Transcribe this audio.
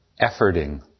efforting